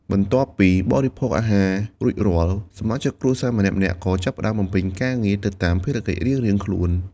បន្ទាប់ពីបរិភោគអាហាររួចរាល់ សមាជិកគ្រួសារម្នាក់ៗក៏ចាប់ផ្តើមបំពេញការងារទៅតាមភារកិច្ចរៀងៗខ្លួន។